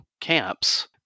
camps